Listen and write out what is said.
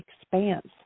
expanse